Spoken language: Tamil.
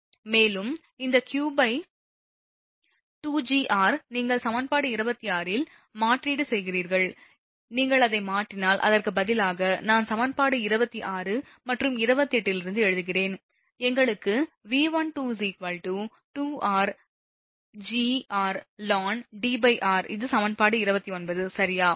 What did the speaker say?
மேலும் இந்த qo 2rGr நீங்கள் சமன்பாடு 26 இல் மாற்றீடு செய்கிறீர்கள் நீங்கள் அதை மாற்றினால் அதற்கு பதிலாக நான் சமன்பாடு 26 மற்றும் 28 இலிருந்து எழுதுகிறேன் எங்களுக்கு V12 2rGrln Dr இது சமன்பாடு 29 சரியா